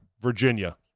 Virginia